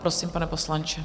Prosím, pane poslanče.